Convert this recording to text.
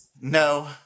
No